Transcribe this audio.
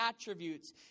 attributes